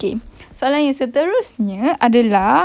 okay soalan yang seterusnya adalah